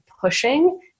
pushing